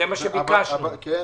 מה שביקשנו.